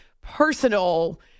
personal